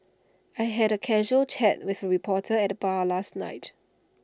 I had A casual chat with reporter at the bar last night